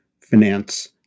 finance